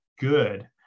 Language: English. good